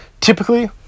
Typically